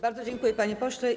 Bardzo dziękuję, panie pośle.